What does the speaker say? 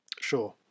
Sure